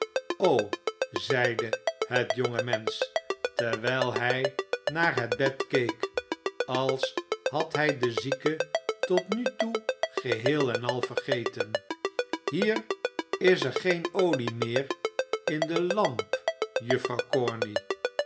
o zeide het jonge mensch terwijl hij naar het bed keek als had hij de zieke tot nu toe geheel en al vergeten hier is geen olie meer in de l